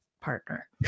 partner